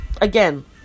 again